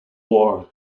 war